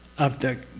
of the,